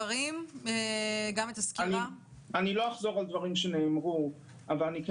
לא אחזור על דברים שנאמרו אבל אומר